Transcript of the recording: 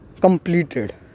completed